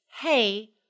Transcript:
hey